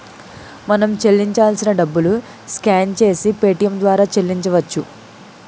మనం చెల్లించాల్సిన డబ్బులు స్కాన్ చేసి పేటియం ద్వారా చెల్లించవచ్చు